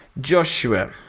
Joshua